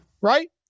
right